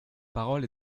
parole